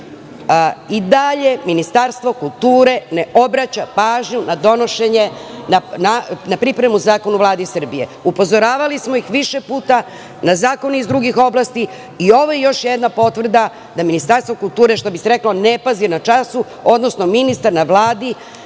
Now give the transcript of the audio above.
i dalje Ministarstvo kulture ne obraća pažnju na pripremu zakona u Vladi Srbije. Upozoravali smo ih više puta na zakone iz drugih oblasti. Ovo je još jedna potvrda da Ministarstvo kulture, što bi se reklo, ne pazi na času, odnosno ministar na Vladi